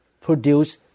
produce